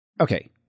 Okay